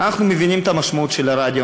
אנחנו מבינים את המשמעות של הרדיו,